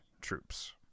troops